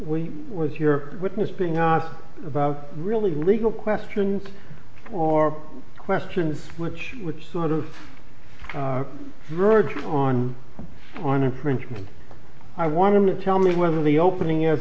we was your witness being honest about really legal questions or questions which which sort of verges on on infringement i want to tell me whether the opening as